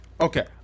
Okay